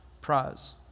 prize